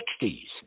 1960s